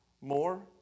more